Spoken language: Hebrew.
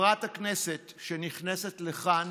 חברת הכנסת שנכנסת לכאן